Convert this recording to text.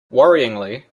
worryingly